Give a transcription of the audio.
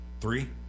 three